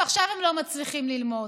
עכשיו הם לא מצליחים ללמוד.